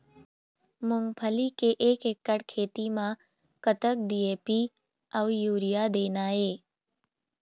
मूंगफली के एक एकड़ खेती म कतक डी.ए.पी अउ यूरिया देना ये?